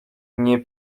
nie